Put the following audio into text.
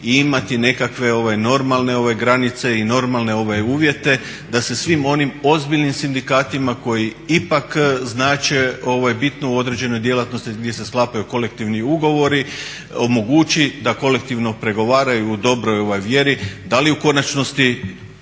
i imati nekakve normalne granice i normalne uvjete da se svim onim ozbiljnim sindikatima koji ipak znače, ovo je bitno u određenoj djelatnosti gdje se sklapaju kolektivni ugovori, omogući da kolektivno pregovaraju u dobroj vjeri. Da li u konačnosti